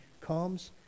comes